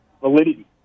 validity